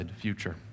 future